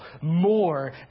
more